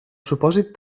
supòsit